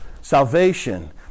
salvation